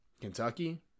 Kentucky